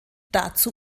dazu